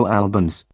albums